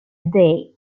day